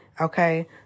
okay